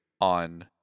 on